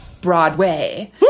Broadway